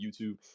YouTube